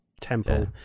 temple